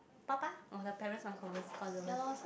爸爸 or the parents are cons~ conservative